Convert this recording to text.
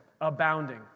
Abounding